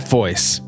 voice